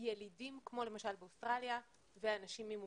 ילידים כמו למשל באוסטרליה ואנשים עם מוגבלות.